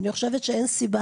אני חושבת שאין סיבה,